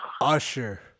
Usher